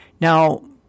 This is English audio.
Now